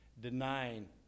denying